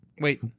wait